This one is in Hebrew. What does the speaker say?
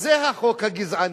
אז זה החוק הגזעני.